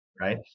right